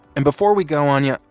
and before we go, anya,